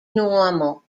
normal